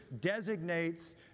designates